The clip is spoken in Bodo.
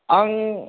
आं